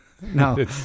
no